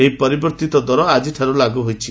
ଏହି ପରିବର୍ତ୍ତିତ ଦର ଆକିଠାରୁ ଲାଗୁ ହୋଇଛି